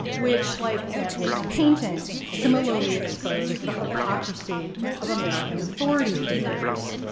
which like grant wood's painting similarly exposed the hypocrisy of american authority figures.